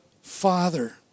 Father